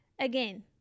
Again